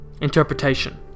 Interpretation